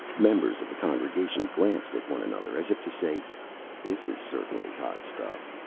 members of the congregation glanced at one another as if to say this is certainly hot stuff!